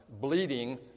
bleeding